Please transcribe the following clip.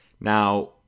Now